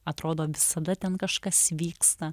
atrodo visada ten kažkas vyksta